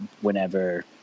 whenever